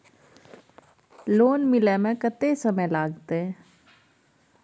Loan मिले में कत्ते समय लागते?